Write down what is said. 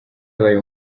abaye